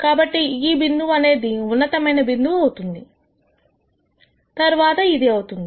కాబట్టి ఈ బిందువు అనేది ఉన్నతమైన బిందువు అవుతుంది తర్వాత ఇది అవుతుంది